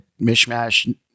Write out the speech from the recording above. mishmash